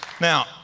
Now